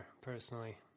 personally